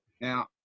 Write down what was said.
Now